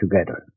together